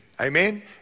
Amen